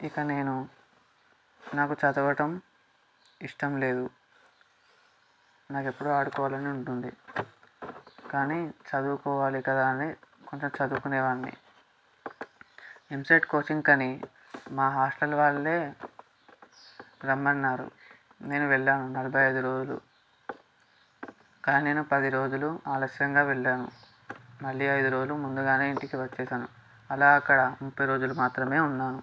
ఇక నేను నాకు చదవడం ఇష్టం లేదు నాకు ఎప్పుడో ఆడుకోవాలని ఉంటుంది కానీ చదువుకోవాలి కదా అని కొంచెం చదువుకునేవాన్ని ఎంసెట్ కోచింగ్ కానీ మా హాస్టల్ వాళ్ళే రమ్మన్నారు నేను వెళ్ళాను నలభై ఐదు రోజులు కానీ నేను పది రోజులు ఆలస్యంగా వెళ్ళాను మళ్ళీ ఐదు రోజులు ముందుగానే ఇంటికి వచ్చేసాను అలా అక్కడ ముప్పై రోజులు మాత్రమే ఉన్నాను